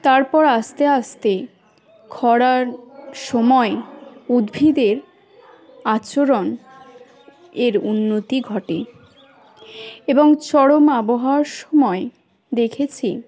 তারপর আস্তে আস্তেই খরার সময় উদ্ভিদের আচরণ এর উন্নতি ঘটে এবং চরম আবহাওয়ার সময় দেখেছি